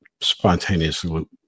spontaneously